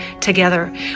together